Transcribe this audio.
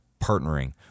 partnering